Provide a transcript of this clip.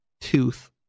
Tooth